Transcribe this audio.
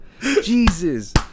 Jesus